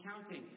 counting